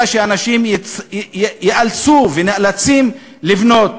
אם לא שאנשים ייאלצו ונאלצים לבנות?